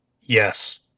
Yes